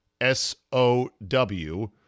S-O-W